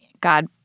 God